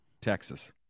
Texas